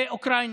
לאוקראינה.